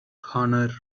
honor